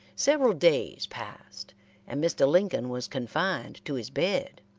several days passed and mr. lincoln was confined to his bed.